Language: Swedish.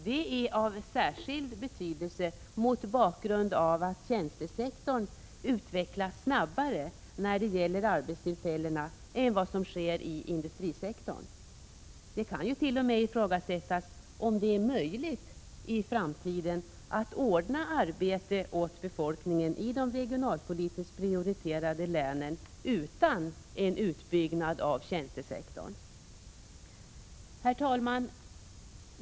Det är av särskild betydelse mot bakgrund av att tjänstesektorn utvecklas snabbare när det gäller arbetstillfällen än vad industrisektorn gör. Det kant.o.m. ifrågasättas om det i framtiden blir möjligt att ordna arbete åt befolkningen i de regionalpolitiskt prioriterade länen utan en utbyggnad av tjänstesektorn. Herr talman!